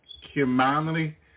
Humanity